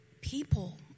People